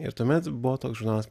ir tuomet buvo toks žurnalas